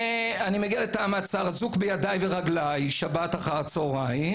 אני מגיע לתא המעצר אזוק בידיי וברגליי בשבת אחר הצהריים.